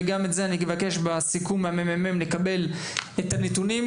וגם את זה אני אבקש מה-ממ"מ להעביר אליי את הנתונים,